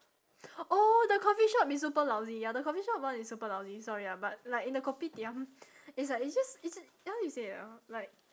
oh the coffee shop is super lousy ya the coffee shop [one] is super lousy sorry ah but like in a kopitiam it's like it's just it's how you say ah like